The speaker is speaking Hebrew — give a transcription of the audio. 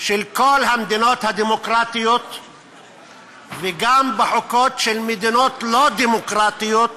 של כל המדינות הדמוקרטיות וגם בחוקות של מדינות לא דמוקרטיות